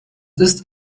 ist